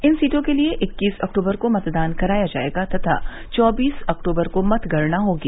इन सीटों के लिये इक्कीस अक्टूबर को मतदान कराया जायेगा तथा चौबीस अक्टूबर को मतगणना होगी